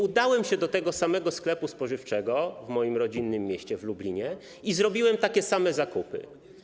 Udałem się do tego samego sklepu spożywczego w moim rodzinnym mieście, w Lublinie, i zrobiłem takie same zakupy.